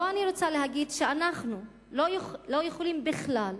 פה אני רוצה להגיד שאנחנו לא יכולים בכלל,